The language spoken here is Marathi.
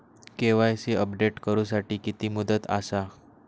के.वाय.सी अपडेट करू साठी किती मुदत आसा?